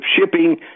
shipping